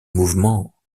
mouvement